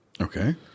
Okay